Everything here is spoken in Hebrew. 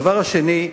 הדבר השני,